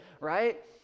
right